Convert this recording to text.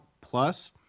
Plus